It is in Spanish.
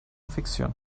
ficción